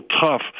tough